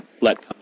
let